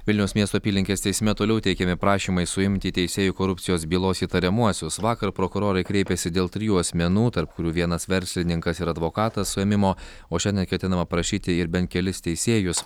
vilniaus miesto apylinkės teisme toliau teikiami prašymai suimti teisėjų korupcijos bylos įtariamuosius vakar prokurorai kreipėsi dėl trijų asmenų tarp kurių vienas verslininkas ir advokatas suėmimo o šiandien ketinama prašyti ir bent kelis teisėjus